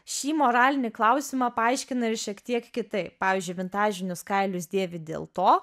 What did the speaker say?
šį moralinį klausimą paaiškina ir šiek tiek kitaip pavyzdžiui vintažinius kailius dėvi dėl to